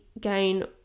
gain